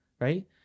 right